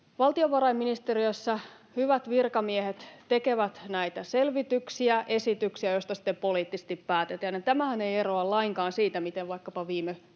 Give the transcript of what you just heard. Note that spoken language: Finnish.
Valtiovarainministeriössä hyvät virkamiehet tekevät näitä selvityksiä, esityksiä, joista sitten poliittisesti päätetään. Tämähän ei eroa lainkaan siitä, miten vaikkapa viime kaudella